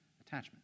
attachment